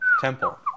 temple